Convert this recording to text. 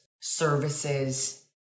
services